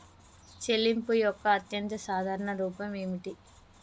చెల్లింపు యొక్క అత్యంత సాధారణ రూపం ఏమిటి?